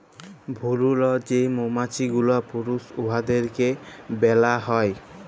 ভুরুল যে মমাছি গুলা পুরুষ উয়াদেরকে ব্যলা হ্যয়